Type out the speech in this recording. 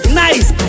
nice